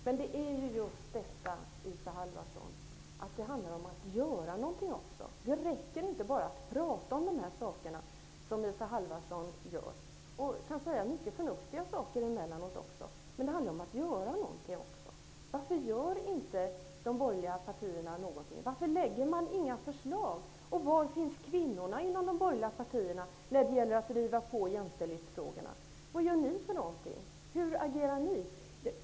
Herr talman! Det handlar faktiskt, Isa Halvarsson, också om att verkligen göra något. Det räcker inte att bara tala om dessa saker, som Isa Halvarsson gör. Emellanåt säger hon mycket förnuftiga saker. Varför gör alltså de borgerliga partierna inte någonting? Varför lägger man inte fram några förslag? Och var finns kvinnorna inom de borgerliga partierna när det gäller att driva på i jämställdhetsfrågorna? Vad gör ni? Hur agerar ni?